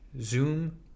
Zoom